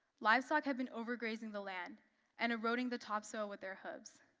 livestock had been overgrazing the land and eroding the topsoil with their hoofs.